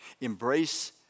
Embrace